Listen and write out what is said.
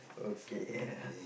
okay